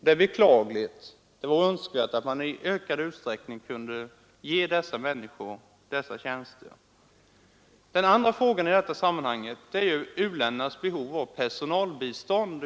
Det är beklagligt, eftersom det vore önskvärt att man i ökad utsträckning kunde ge flera människor dessa tjänster. En annan fråga i sammanhanget är u-ländernas behov.av personalbistånd.